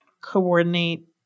coordinate